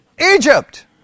Egypt